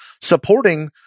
supporting